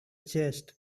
chest